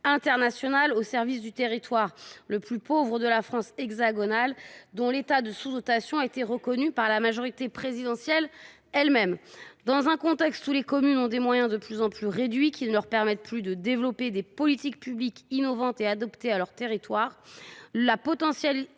internationale, au service du territoire le plus pauvre de la France hexagonale, dont l’état de sous dotation a été reconnu par la majorité présidentielle elle même. Dans un contexte où les communes disposent de moyens de plus en plus réduits, qui ne leur permettent plus de développer des politiques publiques innovantes et adaptées à leur territoire, la possibilité